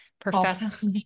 professor